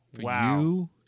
Wow